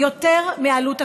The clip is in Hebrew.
לעלות הקבורה,